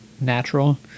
natural